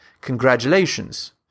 Congratulations